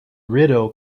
rideau